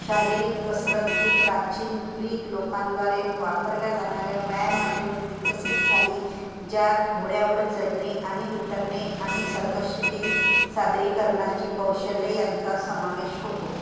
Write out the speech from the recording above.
शारीरिक कसरत ही प्राचीन ग्रीक लोकांद्वारे वापरल्या जाणाऱ्या व्यायामातून विकसित झाली ज्यात घोड्यावर चढणे आणि उतरणे आणि सर्कशीतील सादरीकरणाची कौशल्ये यांचा समावेश होतो